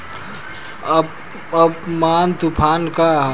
Amphan तुफान का ह?